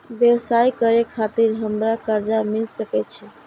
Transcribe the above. व्यवसाय करे खातिर हमरा कर्जा मिल सके छे?